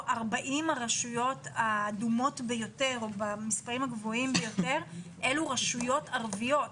40 הרשויות האדומות ביותר במספרים הגבוהים ביותר אלו רשויות ערביות.